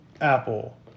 Apple